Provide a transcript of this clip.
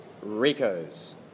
rico's